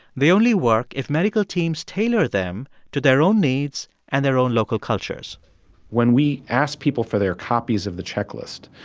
they only work work if medical teams tailor them to their own needs and their own local cultures when we ask people for their copies of the checklist,